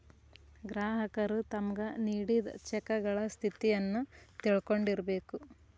ಗ್ರಾಹಕರು ತಮ್ಗ್ ನೇಡಿದ್ ಚೆಕಗಳ ಸ್ಥಿತಿಯನ್ನು ತಿಳಕೊಂಡಿರ್ಬೇಕು